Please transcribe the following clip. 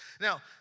Now